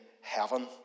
heaven